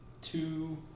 two